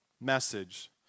message